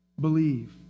believe